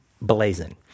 blazing